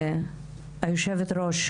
היושבת-ראש,